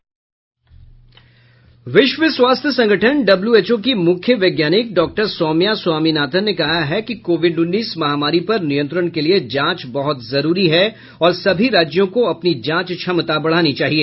विश्व स्वास्थ्य संगठन डब्ल्यूएचओ की मुख्य वैज्ञानिक डॉक्टर सौम्या स्वामीनाथन ने कहा है कि कोविड उन्नीस महामारी पर नियंत्रण के लिए जांच बहुत जरूरी है और सभी राज्यों को अपनी जांच क्षमता बढ़ानी चाहिए